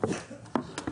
יוסי יהודיין.